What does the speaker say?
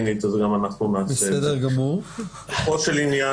משפיע על פוטנציאל --- ככל שאתה יותר קרוב או יותר רחוק?